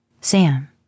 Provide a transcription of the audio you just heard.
Sam